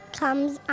comes